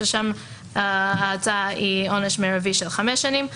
ששם ההצעה היא עונש מרבי של חמש שנים,